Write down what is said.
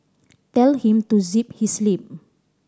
tell him to zip his lip